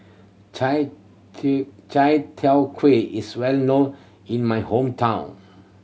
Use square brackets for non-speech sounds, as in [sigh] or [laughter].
Chai [unintelligible] Chai [unintelligible] Kuay is well known in my hometown